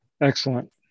excellent